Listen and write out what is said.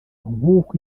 nk’uko